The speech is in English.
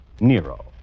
Nero